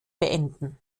beenden